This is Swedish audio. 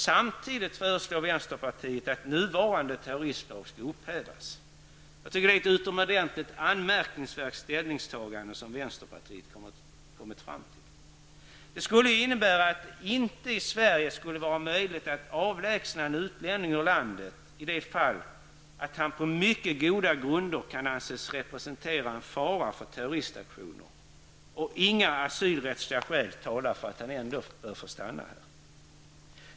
Samtidigt föreslår vänsterpartiet att nuvarande terroristlag skall upphävas. Jag tycker att det är ett utomordentligt anmärkningsvärt ställningstagande som vänsterpartiet har kommit fram till. Det skulle innebära att det inte i Sverige skulle vara möjligt att avlägsna en utlänning ur landet i det fall han på mycket goda grunder kan anses representera en fara för terroristaktioner och inga asylrättsliga skäl talar för att han ändå bör få stanna.